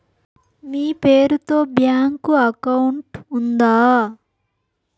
మీ పేరు తో bank account ఉందా?